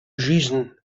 жизнь